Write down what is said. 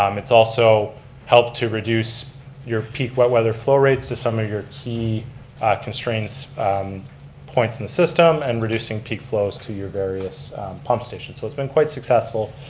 um it's also helped to reduce your peak wet weather flow rates to some of your key constraints points in the system and reducing peak flows to your various pump stations. so it's been quite successful,